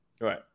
Right